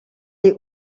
est